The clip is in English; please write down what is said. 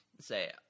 say